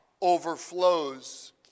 overflows